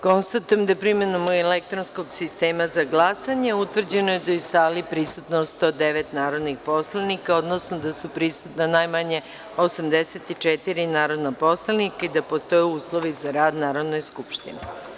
Konstatujem da je, primenom elektronskog sistema za glasanje, utvrđeno da je u sali prisutno 109 narodnih poslanika, odnosno da su prisutna najmanje 84 narodna poslanika i da postoje uslovi za rad Narodne skupštine.